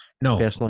no